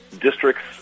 districts